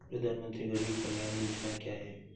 प्रधानमंत्री गरीब कल्याण योजना क्या है?